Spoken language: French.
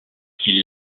qui